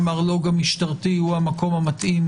שהמרלו"ג המשטרתי הוא המקום המתאים